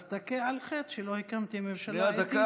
אז תכה על חטא שלא הקמתם ממשלה איתי.